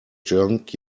junk